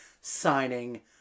signing